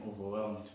overwhelmed